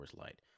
Light